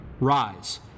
rise